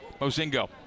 Mozingo